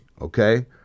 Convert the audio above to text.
okay